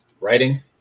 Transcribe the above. Writing